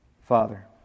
Father